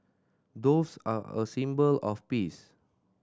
doves are a symbol of peace